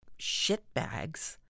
shitbags